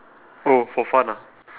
oh for fun ah